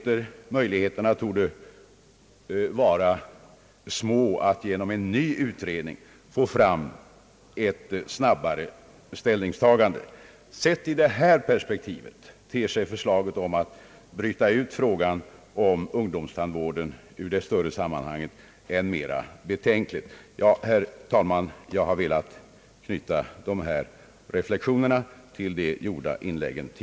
Möjligheterna torde vara små att genom en ny utredning få fram ett snabbare ställningstagande. Sett i det här perspektivet ter sig förslaget om att bryta ut frågan om ungdomstandvården ur det större sammanhanget än mera betänkligt.